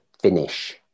finish